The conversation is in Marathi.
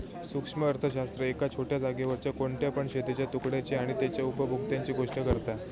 सूक्ष्म अर्थशास्त्र एका छोट्या जागेवरच्या कोणत्या पण शेतीच्या तुकड्याची आणि तेच्या उपभोक्त्यांची गोष्ट करता